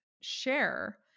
share